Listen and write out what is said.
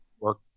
work